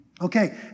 Okay